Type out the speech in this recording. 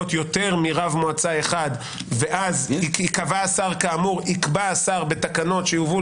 יכול להיות יותר מרב מועצה אחד ואז יקבע השר בתקנות שיובאו